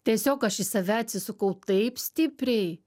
tiesiog aš į save atsisukau taip stipriai